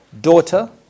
daughter